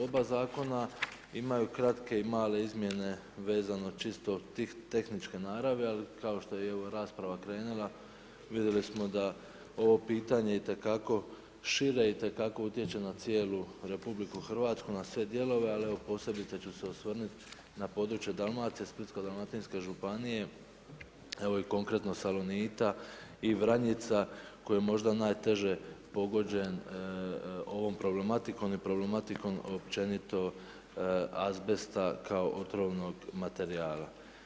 Oba zakona imaju kratke i male izmjene vezane čisto tehničke naravi, ali kao što je evo i rasprava krenula vidjeli smo da ovo pitanje itekako šire, itekako utječe na cijelu Republiku Hrvatsku, na sve dijelove, ali evo posebice ću se osvrnuti na područje Dalmacije, Splitsko-dalmatinske županije, evo i konkretno Salonita i Vranjica, koji je možda najteže pogođen ovom problematikom i problematikom općenito azbesta kao otrovnog materijala.